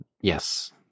Yes